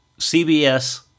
CBS